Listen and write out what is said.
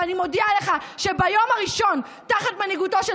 ואני מודיעה לך שביום הראשון תחת מנהיגותו של